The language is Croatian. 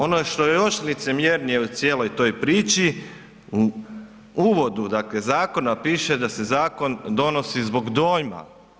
Ono što je još licemjernije u cijeloj toj priči u uvodu zakona dakle piše da se zakon donosi zbog dojma.